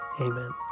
Amen